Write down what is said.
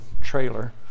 trailer